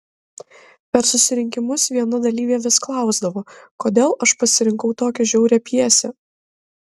per susirinkimus viena dalyvė vis klausdavo kodėl aš pasirinkau tokią žiaurią pjesę